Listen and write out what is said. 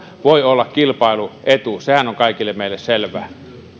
voi olla kilpailuetu sehän on kaikille meille selvää